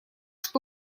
что